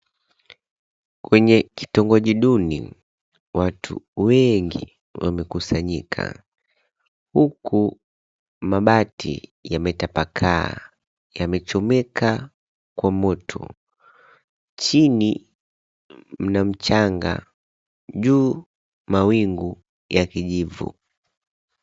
Kwenye kitongoji duni, watu wengi wamekusanyika huku mabati yametapakaa, yamechomeka kwa moto. Chini mna mchanga, juu mawingu ya kijivu.